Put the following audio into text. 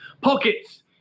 Pockets